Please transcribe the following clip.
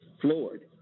floored